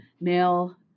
male